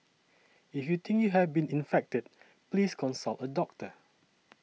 if you think you have been infected please consult a doctor